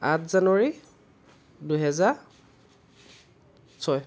আঠ জানুৱাৰী দুহেজাৰ ছয়